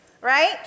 right